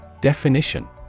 Definition